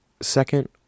second